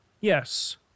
Yes